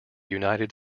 united